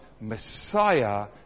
Messiah